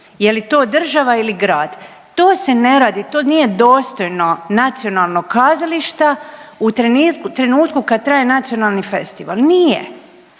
je li to država ili grad, to se ne radi, to nije dostojno nacionalnog kazališta u trenutku kad traje nacionalni festival, nije